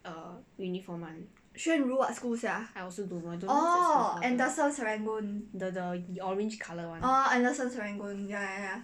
err uniform one I also don't know the the orange colour one